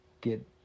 get